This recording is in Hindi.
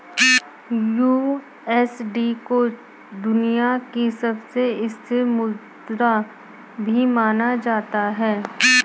यू.एस.डी को दुनिया की सबसे स्थिर मुद्रा भी माना जाता है